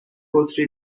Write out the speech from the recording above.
بطری